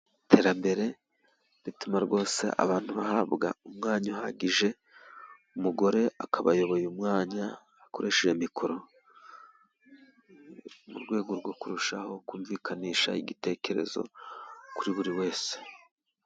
Iterambere rituma rwose abantu bahabwa umwanya uhagije, umugore akaba ayoboye umwanya akoresheje mikoro, mu rwego rwo kurushaho kumvikanisha igitekerezo kuri buri wese.